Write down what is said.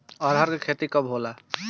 अरहर के खेती कब होला?